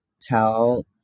tell